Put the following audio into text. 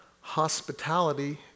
hospitality